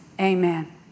amen